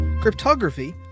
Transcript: Cryptography